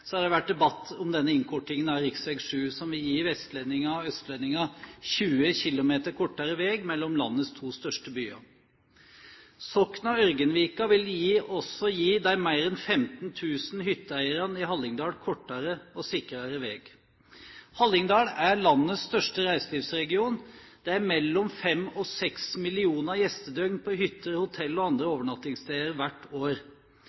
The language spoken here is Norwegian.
har det vært debatt om denne innkortingen av rv. 7 som vil gi vestlendinger og østlendinger 20 km kortere vei mellom landets to største byer. Sokna–Ørgenvika vil også gi de mer enn 15 000 hytteeierne i Hallingdal kortere og sikrere vei. Hallingdal er landets største reiselivsregion. Det er mellom fem og seks millioner gjestedøgn på hytter, hotell og andre overnattingssteder hvert år.